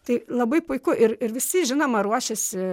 tai labai puiku ir ir visi žinoma ruošiasi